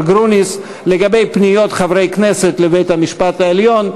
גרוניס לגבי פניות חברי הכנסת לבית-המשפט העליון.